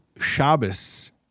Shabbos